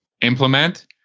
implement